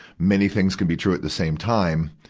many things can be true at the same time,